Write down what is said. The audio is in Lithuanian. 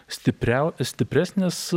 stipriau stipresnis